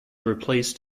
replace